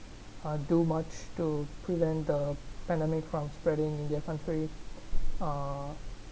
uh do much to prevent the pandemic from spreading in their country uh